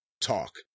talk